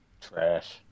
Trash